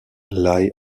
lie